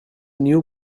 new